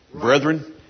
Brethren